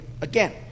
Again